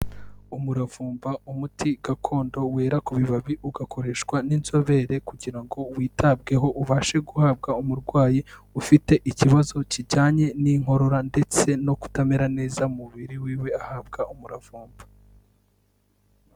Umuravumba umuti gakondo wera ku bibabi, ugakoreshwa n'inzobere kugira ngo witabweho ubashe guhabwa umurwayi ufite ikibazo kijyanye n'inkorora ndetse no kutamera neza mu mubiri wiwe ahabwa umuravumba.